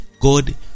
God